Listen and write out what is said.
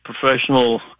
professional